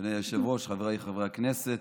אדוני היושב-ראש, חבריי חברי הכנסת,